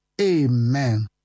Amen